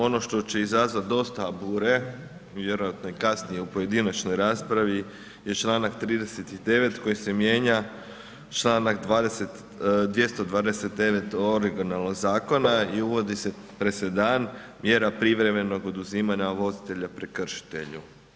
Ono što će izazvati dosta bure, vjerojatno i kasnije u pojedinačnoj raspravi je članak 39. koji se mijenja, članak 229. originalnog zakona i uvodi se presedan mjera privremenog oduzimanja vozitelja prekršitelju.